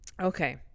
Okay